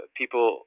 people